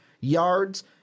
yards